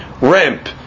ramp